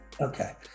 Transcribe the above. Okay